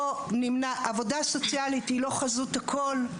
עבודה סוציאלית היא לא חזות הכול,